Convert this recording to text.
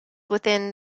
within